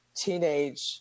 teenage